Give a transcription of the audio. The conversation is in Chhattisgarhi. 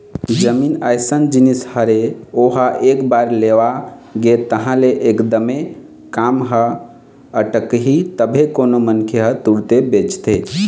जमीन अइसन जिनिस हरे ओहा एक बार लेवा गे तहाँ ले एकदमे काम ह अटकही तभे कोनो मनखे ह तुरते बेचथे